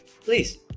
please